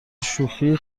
شوخی